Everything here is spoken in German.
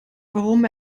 warum